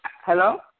Hello